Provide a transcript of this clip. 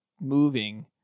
moving